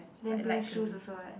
then pink shoes also right